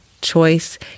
choice